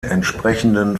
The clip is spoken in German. entsprechenden